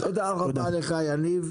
תודה רבה לך, יניב.